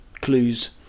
clues